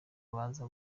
baza